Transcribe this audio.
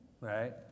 Right